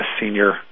senior